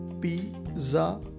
Pizza